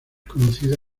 conocida